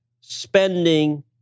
spending